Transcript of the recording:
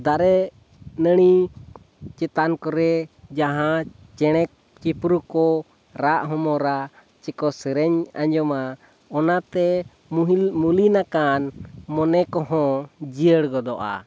ᱫᱟᱨᱮᱼᱱᱟᱹᱲᱤ ᱪᱮᱛᱟᱱ ᱠᱚᱨᱮ ᱡᱟᱦᱟᱸ ᱪᱮᱬᱮᱼᱪᱤᱯᱨᱩᱠᱚ ᱨᱟᱜᱼᱦᱚᱢᱚᱨᱟ ᱥᱮᱠᱚ ᱥᱮᱨᱮᱧ ᱟᱸᱡᱚᱢᱟ ᱚᱱᱟᱛᱮ ᱢᱩᱞᱤᱱᱟᱠᱟᱱ ᱢᱚᱱᱮᱠᱚᱦᱚᱸ ᱡᱤᱭᱟᱹᱲ ᱜᱚᱫᱚᱜᱼᱟ